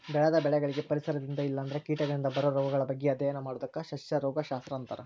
ಬೆಳೆದ ಬೆಳಿಗಳಿಗೆ ಪರಿಸರದಿಂದ ಇಲ್ಲಂದ್ರ ಕೇಟಗಳಿಂದ ಬರೋ ರೋಗಗಳ ಬಗ್ಗೆ ಅಧ್ಯಯನ ಮಾಡೋದಕ್ಕ ಸಸ್ಯ ರೋಗ ಶಸ್ತ್ರ ಅಂತಾರ